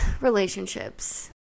relationships